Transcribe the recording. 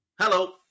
Hello